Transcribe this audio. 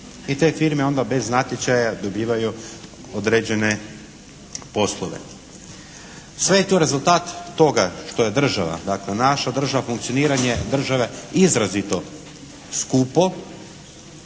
I te firme onda bez natječaja dobivaju određene poslove. Sve je to rezultat toga što je država, dakle naša država funkcioniranje države izrazito skupo